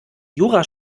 jura